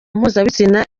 mpuzabitsina